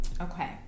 Okay